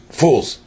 fools